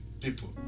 people